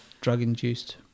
drug-induced